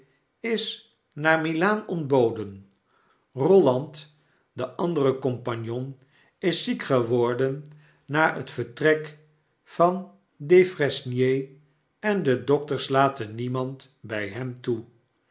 a a n ontboden bofland de andere compagnon is ziek geworden na het vertrek van defresnier en de dokters laten niemand by hem toe